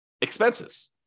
expenses